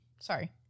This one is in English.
sorry